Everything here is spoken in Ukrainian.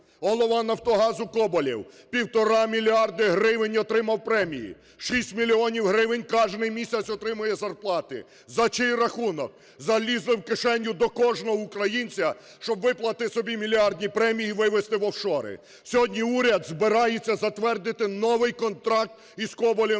Голова "Нафтогазу" Коболєв півтора мільярди гривень отримав премії, 6 мільйонів гривень кожний місяць отримує зарплати. За чий рахунок? Залізли в кишеню до кожного українця, щоб виплатити собі мільярдні премії і вивести в офшори. Сьогодні уряд збирається затвердити новий контракт із Коболєвим